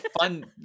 fun